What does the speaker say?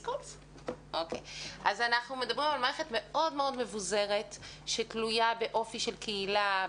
אז אנחנו מדברים על מערכת מאוד מאוד מבוזרת שתלויה באופי של קהילה,